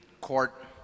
court